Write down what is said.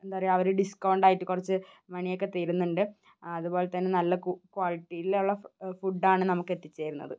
എന്താ പറയുക അവർ ഡിസ്ക്കൌണ്ടായിട്ട് കുറച്ച് മണിയൊക്കെ തരുന്നുണ്ട് അതുപോലെത്തന്നെ നല്ല ക്വാളിറ്റിയിലുള്ള ഫുഡാണ് നമുക്കെത്തിച്ച് തരുന്നത്